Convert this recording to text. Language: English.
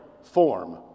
form